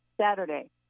saturday